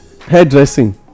Hairdressing